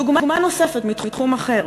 דוגמה נוספת מתחום אחר: